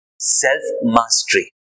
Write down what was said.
self-mastery